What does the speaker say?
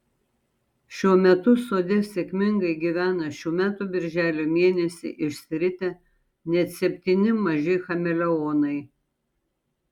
šiuo metu sode sėkmingai gyvena šių metų birželio mėnesį išsiritę net septyni maži chameleonai